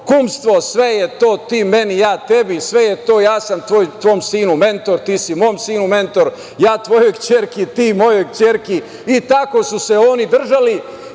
kumstvo, sve je to ti meni, ja tebi, sve je to ja sam tvom sinu mentor, ti si mom sinu mentor, ja tvojoj kćerki, ti mojoj kćerki i tako su se oni držali